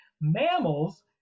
Mammals